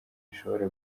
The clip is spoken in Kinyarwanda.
ishobora